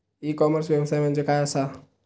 E commerce व्यवसाय म्हणजे काय असा?